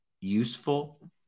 useful